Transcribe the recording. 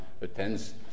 attends